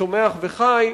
צומח וחי,